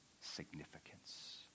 significance